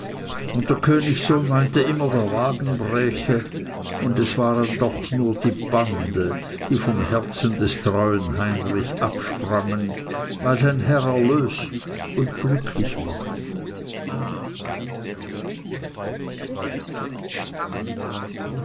und der königssohn meinte immer der wagen bräche und es waren doch nur die bande die vom herzen des treuen heinrich absprangen weil sein herr erlöst und glücklich war